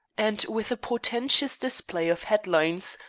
and, with a portentous display of headlines,